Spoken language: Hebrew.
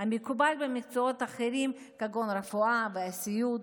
המקובל במקצועות אחרים כגון רפואה וסיעוד.